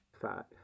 Fat